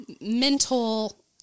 mental